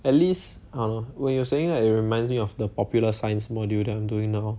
at least uh when you were saying that it reminds me of the popular science module that I'm doing now